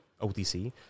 OTC